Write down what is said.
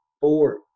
four